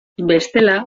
bestela